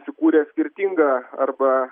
sukūrė skirtingą arba